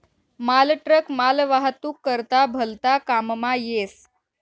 मालट्रक मालवाहतूक करता भलता काममा येस